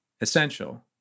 essential